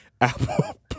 Apple